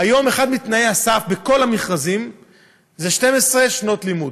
היום אחד מתנאי הסף בכל המכרזים זה 12 שנות לימוד.